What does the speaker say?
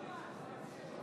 נא להקריא את השמות.